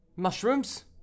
mushrooms